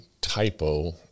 typo